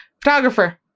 Photographer